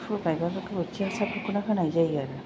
ओमफ्राय फुल गायबाबो गोबोरखि हासारफोरखौनो होनाय जायो आरो